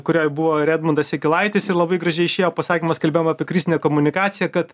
kurioj buvo ir edmundas jakilaitis ir labai gražiai išėjo pasakymas kalbėjom apie krizinę komunikaciją kad